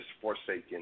forsaken